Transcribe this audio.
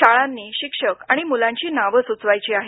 शाळांनी शिक्षक आणि मुलांची नावं सुचवायची आहेत